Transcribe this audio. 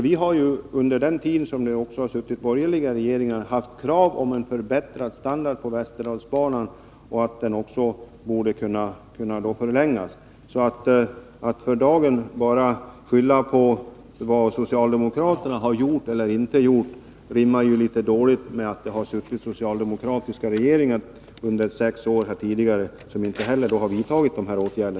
Vi har under den tid som det suttit borgerliga regeringar haft krav på en förbättrad standard på västerdalsbanan och på en förlängning av banan. Att för dagen bara skylla på vad socialdemokraterna gjort eller inte gjort rimmar illa med att det under sex år tidigare suttit borgerliga regeringar, som inte heller vidtagit dessa åtgärder.